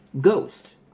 Ghost